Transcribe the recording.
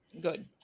good